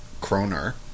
Kroner